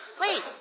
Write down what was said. Wait